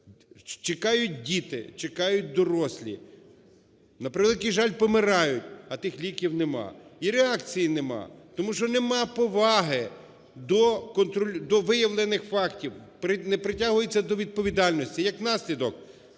Чекають діти, чекають дорослі, на превеликий жаль помирають, а тих ліків нема. І реакції нема. Тому що нема поваги до виявлених фактів, не притягуються до відповідальності. Як наслідок